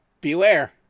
beware